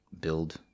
build